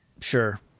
Sure